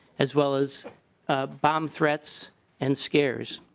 as well as bomb threats and scares.